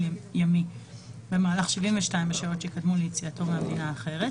ימי במהלך 72 השעות שקדמו ליציאתו מהמדינה האחרת,